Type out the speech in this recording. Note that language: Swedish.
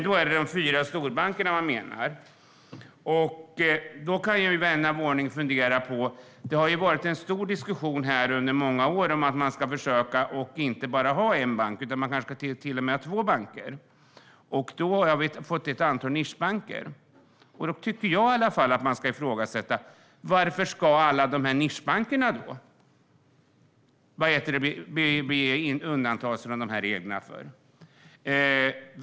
Då kan vän av ordning fundera på den stora diskussion som har varit när det gäller att ha fler banker. Vi har nu fått ett antal nischbanker. Då tycker jag att man kan ifrågasätta varför nischbankerna ska undantas från reglerna.